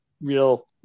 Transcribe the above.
real